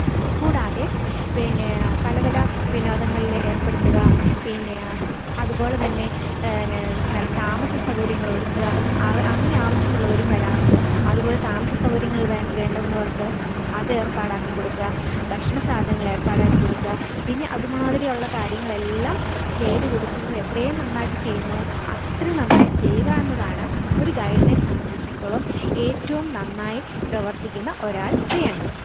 കൂടാതെ പിന്നെ പല പല വിനോദങ്ങളിൽ ഏർപ്പെടുത്തുക പിന്നെ അതുപോലെതന്നെ നെ നൽ താമസ സൗകര്യങ്ങളൊരുക്കുക അവ് അങ്ങനെ ആവശ്യമുള്ളവരും വരാറുണ്ട് അതുപോലെ താമസ സൗകര്യങ്ങൾ വേൺ വേണ്ടുന്നവർക്ക് അത് ഏർപ്പാടാക്കി കൊടുക്കുക ഭക്ഷണസാധനങ്ങളെർപ്പാടാക്കി കൊടുക്കുക പിന്നെ അതുമാതിരിയുള്ള കാര്യങ്ങളെല്ലാം ചെയ്തു കൊടുക്കുന്നത് എത്രയും നന്നായിട്ട് ചെയ്യുന്നോ അത്രയും നന്നായിട്ട് ചെയ്യുകയെന്നതാണ് ഒരു ഗൈഡിനെ സംബന്ധിച്ചിടത്തോളം നന്നായി പ്രവർത്തിക്കുന്ന ഒരാൾ ചെയ്യേണ്ടത്